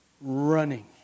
running